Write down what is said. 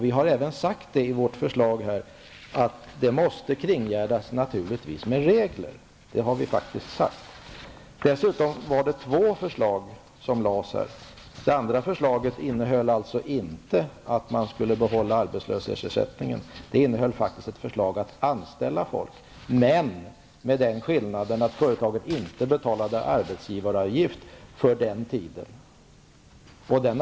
Vi har också sagt att ett sådant system naturligtvis måste kringgärdas med regler. Dessutom var det två förslag som lades fram. Det andra förslaget innehöll inte att man skulle behålla arbetslöshetsersättningen. Det innehöll faktiskt ett förslag att man skulle anställa folk, men med den skillnaden att företaget inte betalade arbetsgivaravgift för den tiden.